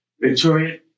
Victoria